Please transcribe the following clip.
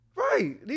Right